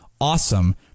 awesome